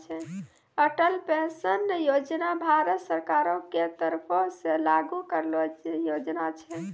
Atal pension Yojana Bharat सरकारो के तरफो से लागू करलो योजना छै